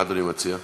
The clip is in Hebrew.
מה אדוני מציע?